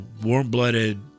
warm-blooded